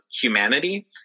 humanity